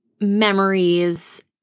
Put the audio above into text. memories